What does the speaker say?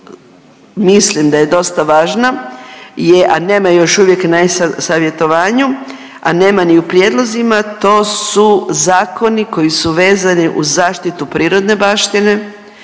mislim da je dosta važna je, a nema je još uvijek na e-savjetovanju, a nema ni u prijedlozima, to su zakoni koji su vezani uz zaštitu prirodne baštine,